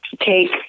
take